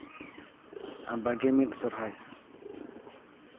ᱵᱟᱜᱮ ᱢᱤᱫ ᱥᱚᱨᱦᱟᱭ